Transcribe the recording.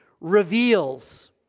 reveals